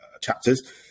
chapters